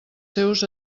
seus